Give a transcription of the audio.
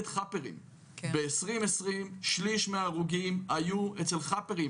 ב-2020 שליש מההרוגים היו אצל חאפרים,